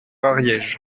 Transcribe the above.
ariège